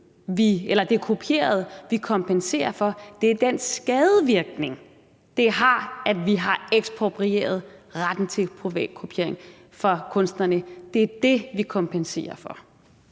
er det kopierede, vi kompenserer for, det er den skadevirkning, det har, at vi har eksproprieret retten til privatkopiering for kunstnerne? Det er det, vi kompenserer for.